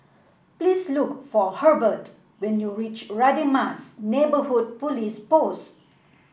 please look for Herbert when you reach Radin Mas Neighbourhood Police Post